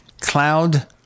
cloud